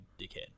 dickhead